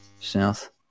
South